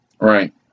Right